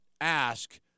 ask